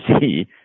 see